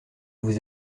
vous